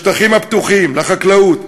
לשטחים הפתוחים, לחקלאות.